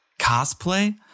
cosplay